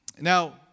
Now